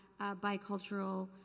bicultural